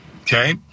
Okay